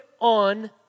on